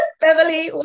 Beverly